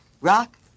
Rock